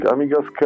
Amiga's